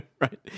Right